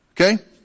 Okay